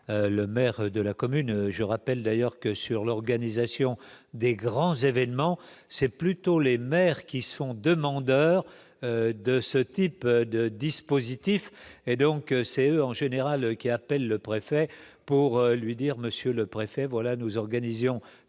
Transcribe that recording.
le maire de la commune, je rappelle d'ailleurs que sur l'organisation des grands événements, c'est plutôt les maires qui sont demandeurs de ce type de dispositif et donc c'est en général qui appelle le préfet pour lui dire : Monsieur le Préfet voilà nous organisions